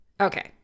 Okay